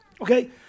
okay